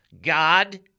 God